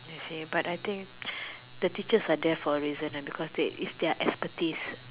I see but I think the teachers are there for a reason lah because they it's their expertise